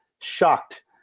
shocked